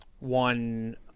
One